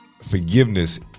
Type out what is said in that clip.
forgiveness